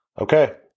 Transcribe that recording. Okay